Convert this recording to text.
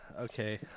Okay